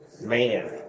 man